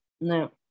No